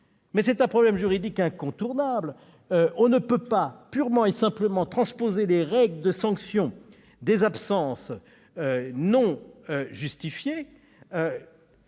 Sénat. C'est un problème juridique incontournable : on ne peut purement et simplement transposer les règles de sanction pour absence non justifiée